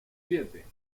siete